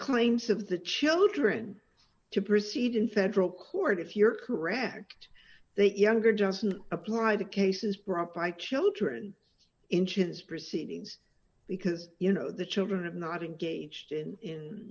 claims of the children to proceed in federal court if you're correct they'd younger doesn't apply to cases brought by children inches proceedings because you know the children have not engaged in